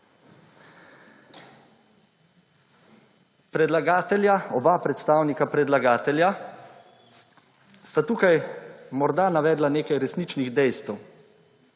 oba predstavnika predlagatelja sta tukaj morda navedla nekaj resničnih dejstev.